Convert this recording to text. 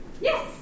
Yes